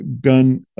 gun